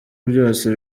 byose